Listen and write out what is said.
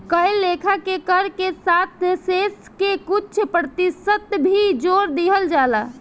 कए लेखा के कर के साथ शेष के कुछ प्रतिशत भी जोर दिहल जाला